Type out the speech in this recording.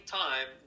time